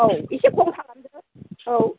औ एसे खम खालामदो औ